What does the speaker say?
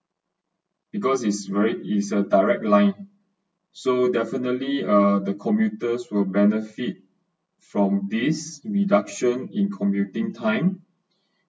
because is very is a direct line so definitely uh the commuters will benefit from this reduction in commuting time